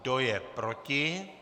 Kdo je proti?